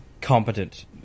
competent